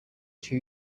two